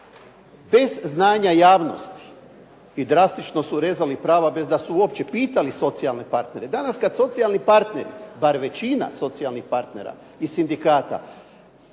bez znanja javnosti i drastično su rezali prava bez da su uopće pitali socijalne partnere. Danas kad socijalni partneri, bar većina socijalnih partnera i sindikata